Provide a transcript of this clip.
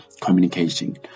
communication